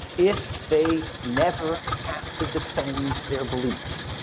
if they never have to defend their beliefs,